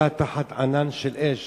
היה תחת ענן של אש